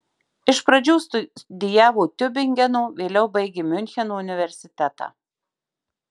iš pradžių studijavo tiubingeno vėliau baigė miuncheno universitetą